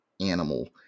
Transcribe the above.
animal